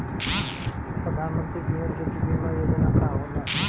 प्रधानमंत्री जीवन ज्योति बीमा योजना का होला?